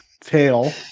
tail